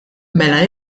mela